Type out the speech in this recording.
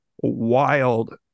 wild